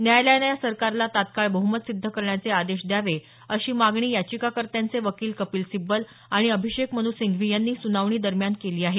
न्यायालयानं या सरकारला तात्काळ बहुमत सिद्ध करण्याचे आदेश द्यावे अशी मागणी याचिकाकर्त्यांचे वकिल कपिल सिब्बल आणि अभिषेक मनु सिंघवी यांनी सुनावणी दरम्यान केली आहे